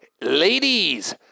ladies